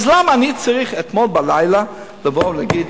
אז למה אני צריך אתמול בלילה לבוא ולהגיד: